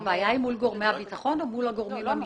הבעיה היא מול גורמי הביטחון או מול הגורמים המשפטיים?